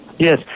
Yes